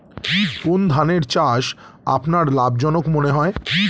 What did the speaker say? কোন ধানের চাষ আপনার লাভজনক মনে হয়?